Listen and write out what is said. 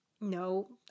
no